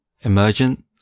emergent